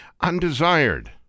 undesired